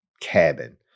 cabin